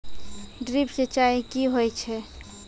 Drip सिंचाई कि होय छै?